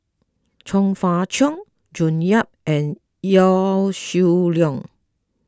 Chong Fah Cheong June Yap and Yaw Shin Leong